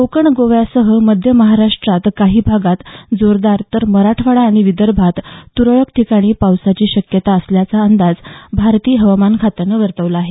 कोकण गोव्यासह मध्य महाराष्ट्रात काही ठिकाणी जजोरदार तर मराठवाडा आणि विदर्भात तुरळक ठिकाणी पावसाची शक्यता असल्याचा अंदाज भारतीय हवामान खात्यानं वर्तवला आहे